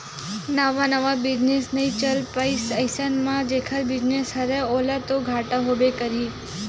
नवा नवा बिजनेस नइ चल पाइस अइसन म जेखर बिजनेस हरय ओला तो घाटा होबे करही